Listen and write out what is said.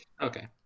Okay